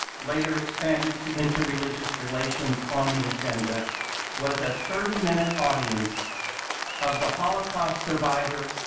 later expanded to interreligious relations, on the agenda was a thirty minute audience of the holocaust survivor,